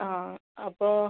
ആ അപ്പോൾ